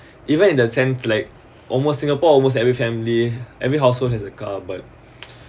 even in the sense like almost singapore almost every family every household has a car but